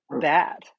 bad